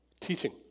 teaching